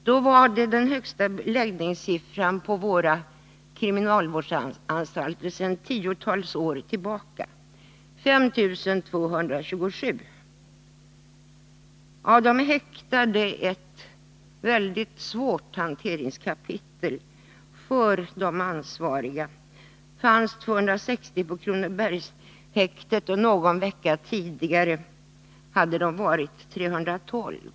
Antalet intagna på våra kriminalvårdsanstalter var då det högsta sedan tio år tillbaka, nämligen 5 227. Antalet häktade — en svår sak att exakt redovisa för de ansvariga — uppgick på Kronobergshäktet till 260. Någon vecka tidigare hade antalet varit 312.